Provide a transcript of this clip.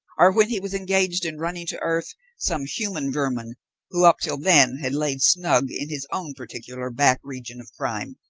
or when he was engaged in running to earth some human vermin who up till then had lain snug in his own particular back region of crime,